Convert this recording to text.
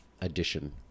edition